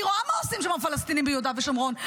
אני רואה מה עושים הפלסטינים ביהודה ושומרון,